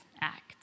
act